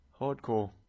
Hardcore